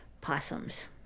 possums